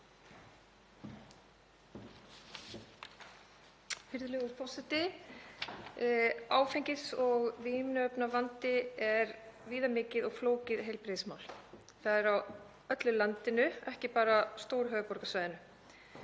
Virðulegur forseti. Áfengis- og vímuefnavandi er viðamikið og flókið heilbrigðismál. Það er á öllu landinu, ekki bara stór-höfuðborgarsvæðinu.